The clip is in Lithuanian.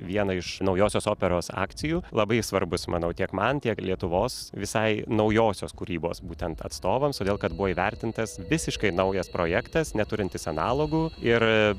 vieną iš naujosios operos akcijų labai svarbus manau tiek man tiek lietuvos visai naujosios kūrybos būtent atstovams todėl kad buvo įvertintas visiškai naujas projektas neturintis analogų ir